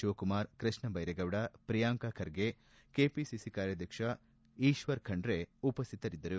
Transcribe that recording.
Shivakumar Krishna Byregowda Priyanka Kharge KPCC ಕಾರ್ಯಾಧ್ಯಕ್ಷ ಈಶ್ವರ್ ಖಂಡ್ರೆ ಉಪಸ್ವಿತರಿದ್ದರು